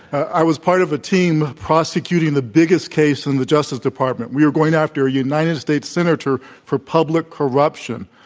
i was part of a team prosecuting the biggest case in the justice department. we were going after a united states senator for public corruption.